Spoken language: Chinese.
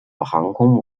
航空母舰